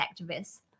activists